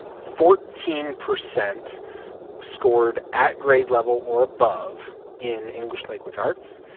fourteen percent scored at grade level or above in english language arts.